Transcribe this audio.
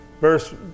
Verse